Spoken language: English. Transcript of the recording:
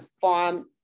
farm